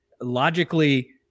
logically